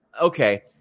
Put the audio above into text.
Okay